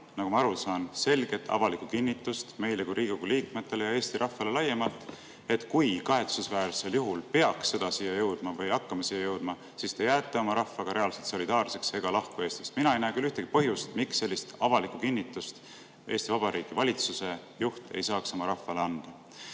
nagu ma aru saan, selget avalikku kinnitust meile kui Riigikogu liikmetele ja Eesti rahvale laiemalt, et kui kahetsusväärsel juhul peaks sõda siia jõudma või hakkama siia jõudma, siis te jääte oma rahvaga reaalselt solidaarseks ega lahku Eestist. Mina ei näe küll ühtegi põhjust, miks sellist avalikku kinnitust Eesti Vabariigi valitsuse juht ei saaks oma rahvale anda.